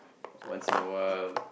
once in a while